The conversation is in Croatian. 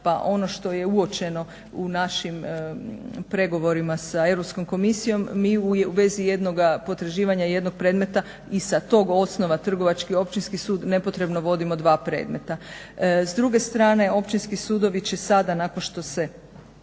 pa ono što je uočeno u našim pregovorima sa Europskom komisijom mi u vezi jednoga potraživanja jednog predmeta i sa tog osnova Trgovački i Općinski sud nepotrebno vodimo dva predmeta. S druge strane, Općinski sudovi će sada nakon što se